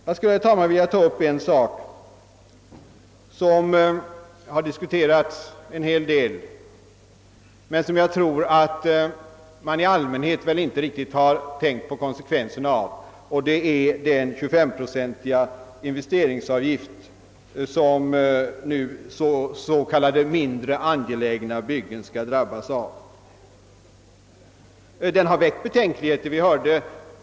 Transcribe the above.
Jag skulle, herr talman, vilja ta upp en sak som har diskuterats en hel del men vars konsekvenser jag tror att man i allmänhet inte riktigt har tänkt på, nämligen den 25-procentiga investeringsavgift som nu s.k. mindre angelägna byggen skall drabbas av. Den har väckt betänkligheter.